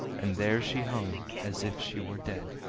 and there she hung, as if she were dead.